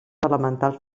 elementals